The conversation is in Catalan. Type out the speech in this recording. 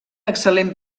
excel·lent